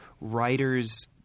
writers